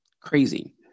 Crazy